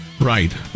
Right